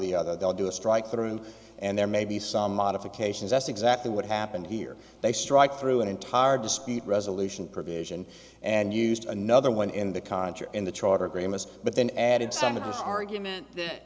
the other they'll do a strike through and there may be some modifications that's exactly what happened here they strike through an entire discrete resolution provision and used another one in the current year in the charter agreement but then added some of this argument that